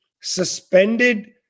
suspended